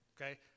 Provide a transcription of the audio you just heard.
okay